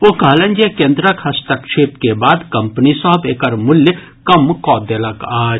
ओ कहलनि जे केन्द्रक हस्तक्षेप के बाद कंपनी सभ एकर मूल्य कम कऽ देलक अछि